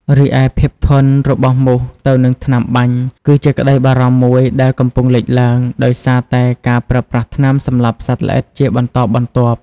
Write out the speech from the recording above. រីឯភាពធន់របស់មូសទៅនឹងថ្នាំបាញ់ គឺជាក្តីបារម្ភមួយដែលកំពុងលេចឡើង ដោយសារតែការប្រើប្រាស់ថ្នាំសម្លាប់សត្វល្អិតជាបន្តបន្ទាប់។